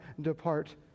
depart